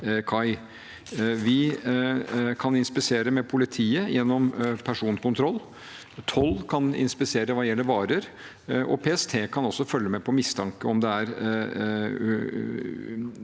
Vi kan inspisere med politiet gjennom personkontroll, toll kan inspisere hva gjelder varer, og PST kan også følge med på mistanke om det er